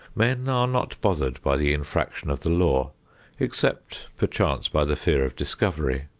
men are not bothered by the infraction of the law except, perchance, by the fear of discovery.